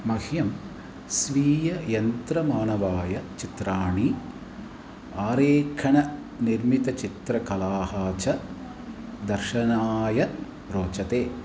मह्यं स्वीययन्त्रमानवाय चित्राणि आरेखननिर्मितचित्रकलाः च दर्शनाय रोचते